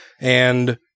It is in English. and-